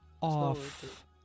off